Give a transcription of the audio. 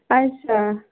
अच्छा